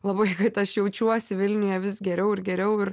labai kad aš jaučiuosi vilniuje vis geriau ir geriau ir